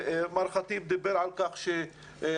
מר חטיב דיבר על כך שמרבית,